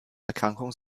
erkrankung